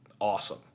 Awesome